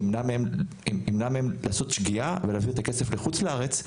שימנע מהם לעשות שגיאה ולהעביר את הכסף לחוץ לארץ,